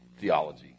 theology